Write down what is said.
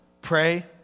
Pray